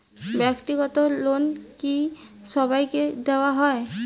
ব্যাক্তিগত লোন কি সবাইকে দেওয়া হয়?